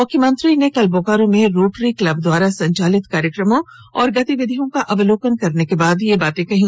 मुख्यमंत्री ने कल बोकारो में रोटरी क्लब द्वारा संचालित कार्यक्रमो और गतिविधियों का अवलोकन करने के बाद ये बाते कहीं